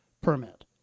permit